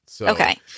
okay